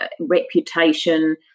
reputation